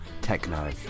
techno